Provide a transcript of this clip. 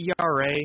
ERA